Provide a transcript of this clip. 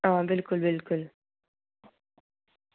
हां बिलकुल बिलकुल